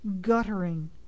guttering